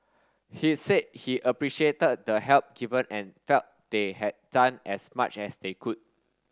he said he appreciated the help given and felt they had done as much as they could